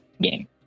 game